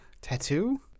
Tattoo